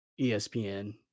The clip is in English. ESPN